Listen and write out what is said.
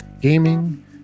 gaming